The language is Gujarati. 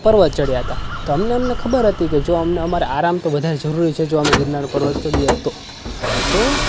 પર્વત ચઢ્યા હતા અમને એમને ખબર હતી કે જો અમને આરામની તો વધારે જરૂર છે જો અમે ગિરનાર પર્વત ચઢીએ તો તો